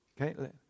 okay